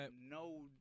no